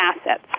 assets